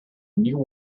new